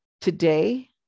Today